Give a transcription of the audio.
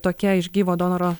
tokia iš gyvo donoro